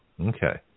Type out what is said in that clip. okay